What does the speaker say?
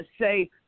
say